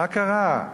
מה קרה?